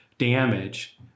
damage